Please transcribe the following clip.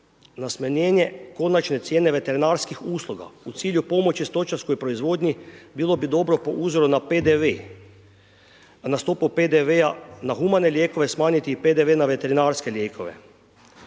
na smanjenje konačne cijene veterinarskih usluga u cilju pomoći stočarskoj proizvodnji, bilo bi dobro po uzoru na PDV na stopu PDV-a na humane lijekove smanjiti PDV na veterinarske lijekove.